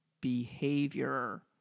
behavior